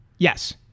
Yes